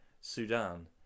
Sudan